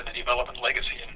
development, legacy and